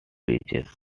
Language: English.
beaches